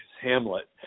Hamlet